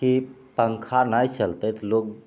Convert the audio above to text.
ई पँखा नहि चलतै तऽ लोग